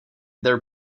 their